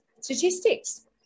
statistics